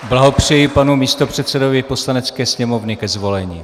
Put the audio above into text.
Blahopřeji panu místopředsedovi Poslanecké sněmovny ke zvolení.